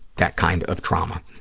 that kind of trauma,